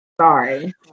Sorry